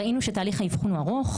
ראינו שתהליך האבחון הוא ארוך,